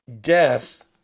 death